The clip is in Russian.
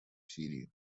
сирии